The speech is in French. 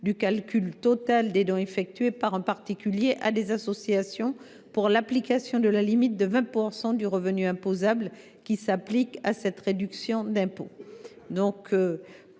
du calcul total des dons effectués par un particulier à des associations pour l’application de la limite de 20 % du revenu imposable, qui s’applique à cette réduction d’impôt.